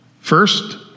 First